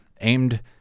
aimed